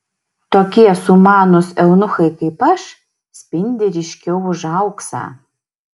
tokie sumanūs eunuchai kaip aš spindi ryškiau už auksą